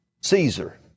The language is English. Caesar